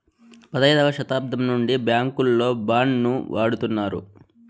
పదైదవ శతాబ్దం నుండి బ్యాంకుల్లో బాండ్ ను వాడుతున్నారు